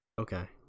Okay